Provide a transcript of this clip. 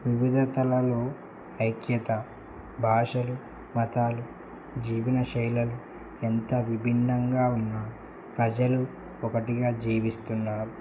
వివిధ తలలో ఐక్యత భాషలు మతాలు జీవనశైలులు ఎంత విభిన్నంగా ఉన్నా ప్రజలు ఒకటిగా జీవిస్తున్నారు